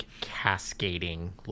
cascading